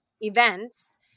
events